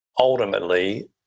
ultimately